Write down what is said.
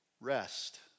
rest